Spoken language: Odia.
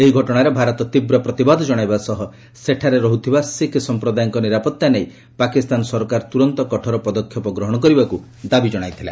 ଏହି ଘଟଣାରେ ଭାରତ ତୀବ୍ର ପ୍ରତିବାଦ ଜଣାଇବା ସହ ସେଠାରେ ରହୁଥିବା ଶିକ୍ ସଂପ୍ରଦାୟଙ୍କ ନିରାପତ୍ତା ନେଇ ପାକିସ୍ତାନ ସରକାର ତୁରନ୍ତ କଠୋର ପଦକ୍ଷେପ ଗ୍ରହଣ କରିବାକୁ ଦାବି ଜଣାଇଥିଲା